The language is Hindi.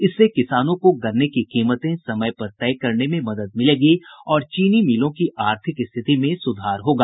इससे किसानों को गन्ने की कीमतें समय पर तय करने में मदद मिलेगी और चीनी मिलों की आर्थिक स्थिति में सुधार होगा